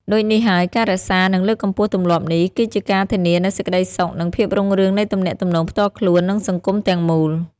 ដូចនេះហើយ ការរក្សា និងលើកកម្ពស់ទម្លាប់នេះ គឺជាការធានានូវសេចក្ដីសុខ និងភាពរុងរឿងនៃទំនាក់ទំនងផ្ទាល់ខ្លួន និងសង្គមទាំងមូល។